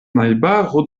najbaro